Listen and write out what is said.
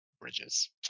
bridges